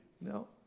No